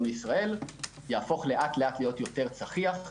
מישראל יהפוך לאט-לאט להיות יותר צחיח.